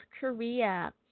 Korea